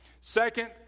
Second